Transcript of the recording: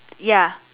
ya